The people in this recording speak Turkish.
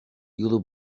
yılı